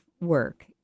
work